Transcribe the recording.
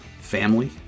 family